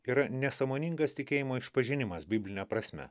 yra nesąmoningas tikėjimo išpažinimas bibline prasme